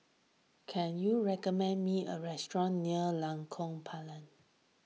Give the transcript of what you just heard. can you recommend me a restaurant near Lengkong Empat